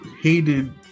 hated